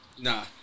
Nah